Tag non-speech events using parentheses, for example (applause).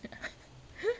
(noise)